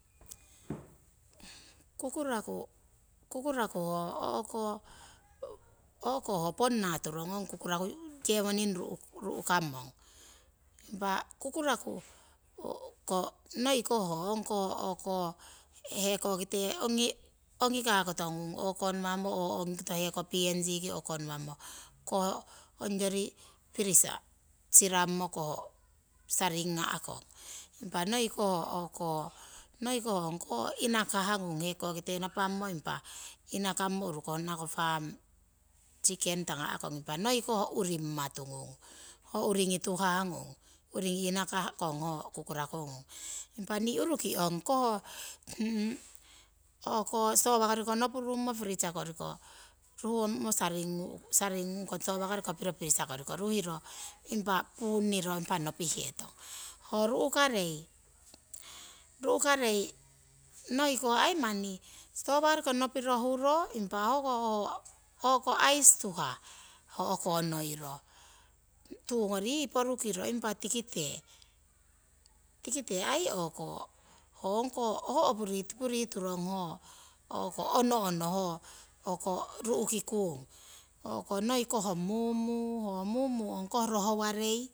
Kukuraku hoo o'koo hoo ponna turong ong kukuraku yewoning ru'kamong. Impa kukuraku noi ko hoo nong koh hekokite ongi kakoto ngung ukowamo or ongi koto hekoki png oko ngawamo impa. ongori pirisa sirammo koh saring ngakong, impa noi ko ongkoh ongi inakah ngung hekokite napammo impa inakammo uruku honnakakong hoo kukuraku hooko "farm chicken" tangakong impa. noi ko urimmatu ngung hoo uuringi tuhahngung hoo uringi inaka'kong hoo kukuraku impa nii uringi ongkoh ho sitowa koriko nopurummo pirisa koo riko ruhummo saring ngung kong, sitowa. koriko nopiro pirisa koriko ruhiro impa punniro impa nopihetong. Hoo ru'karei noi ko ai manni sitowa koriko nopiro huro impa hoko ice tuhah o'konoiro tuu ngori yii porukiro impa hoko. tikite ai o'ko ho opurotipuro turong ho ono ono ho ru'kikung. Noi ko mumu, ho mumu ngongkong ruhwarei.